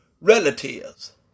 relatives